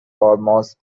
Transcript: almost